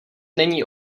není